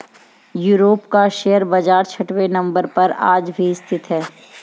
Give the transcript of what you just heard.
Europe का share बाजार छठवें नम्बर पर आज भी स्थित है